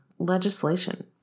legislation